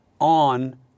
on